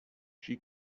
she